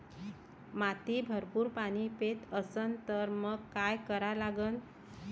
माती भरपूर पाणी पेत असन तर मंग काय करा लागन?